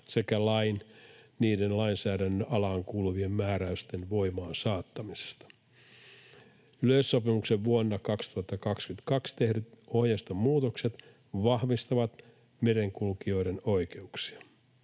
sekä lain niiden lainsäädännön alaan kuuluvien määräysten voimaansaattamisesta. Yleissopimukseen vuonna 2022 tehdyt ohjeiston muutokset vahvistavat merenkulkijoiden oikeuksia.